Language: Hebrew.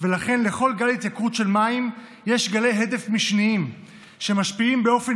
ולכן לכל גל התייקרות של מים יש גלי הדף משניים שמשפיעים באופן